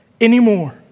anymore